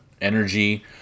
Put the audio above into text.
energy